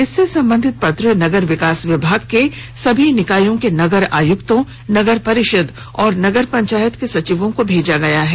इससे संबधित पत्र नगर विकास विभाग के सभी निकायों के नगर आयुक्तों नगर परिषद और नगर पंचायत के सचिवों को भेजा गया है